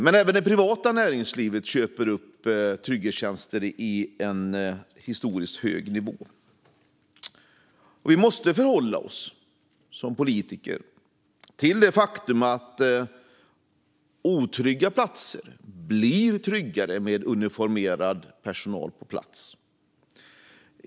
Men även det privata näringslivet köper upp trygghetstjänster på historiskt hög nivå. Vi politiker måste förhålla oss till det faktum att otrygga platser blir tryggare med uniformerad personal på plats.